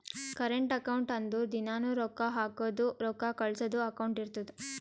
current account ಅಂದುರ್ ದಿನಾನೂ ರೊಕ್ಕಾ ಹಾಕದು ರೊಕ್ಕಾ ಕಳ್ಸದು ಅಕೌಂಟ್ ಇರ್ತುದ್